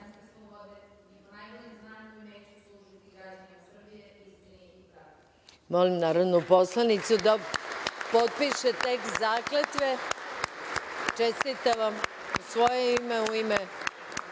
narodnu poslanicu da potpiše tekst zakletve. Čestitam vam u svoje ime i u ime